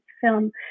film